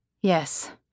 Yes